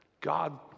god